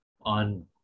on